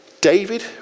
David